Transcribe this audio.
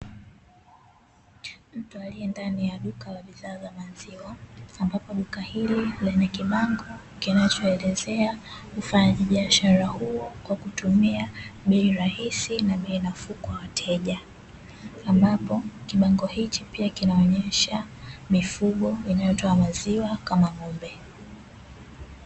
Mtu aliye ndani ya duka la bidhaa za maziwa, ambapo duka hili lenye kibango kinachoelezea ufanyaji biashara huo kwa kutumia bei rahisi na bei nafuu kwa wateja. Ambapo kibango hichi pia kinaonyesha mifugo inayotoa maziwa kama ng'ombe.